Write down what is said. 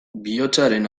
bihotzaren